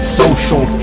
social